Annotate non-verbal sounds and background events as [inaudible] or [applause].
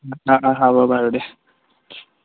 অঁ অঁ হ'ব বাৰু দিয়া [unintelligible]